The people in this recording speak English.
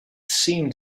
seemed